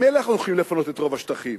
ממילא אנחנו הולכים לפנות את רוב השטחים.